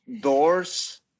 doors